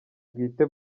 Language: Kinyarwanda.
bwite